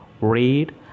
read